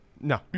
No